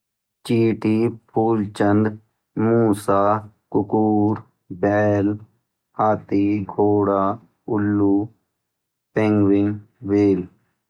चींटी फूलचंद मूँसा कुक्कुर बैल हाथी घोड़ा उल्लू पेंगुइन व्हेल